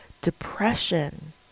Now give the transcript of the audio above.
depression